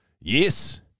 yes